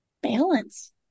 balance